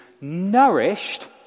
nourished